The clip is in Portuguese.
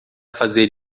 fazer